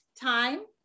time